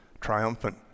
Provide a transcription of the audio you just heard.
triumphant